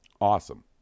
awesome